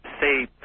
say